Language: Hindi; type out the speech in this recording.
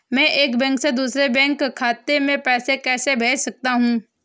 मैं एक बैंक से दूसरे बैंक खाते में पैसे कैसे भेज सकता हूँ?